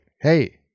hey